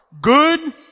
Good